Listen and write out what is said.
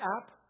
app